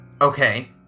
Okay